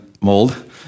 mold